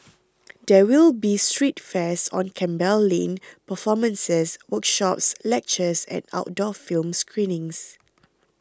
there will be street fairs on Campbell Lane performances workshops lectures and outdoor film screenings